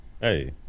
Hey